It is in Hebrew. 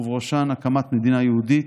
ובראשם הקמת מדינה יהודית,